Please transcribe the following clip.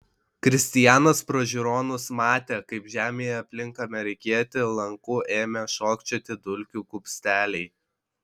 kristijanas pro žiūronus matė kaip žemėje aplink amerikietį lanku ėmė šokčioti dulkių kupsteliai